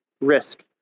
risk